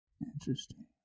Interesting